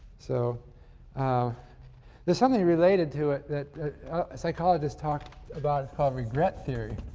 so um there's something related to it that psychologists talk about, it's called regret theory.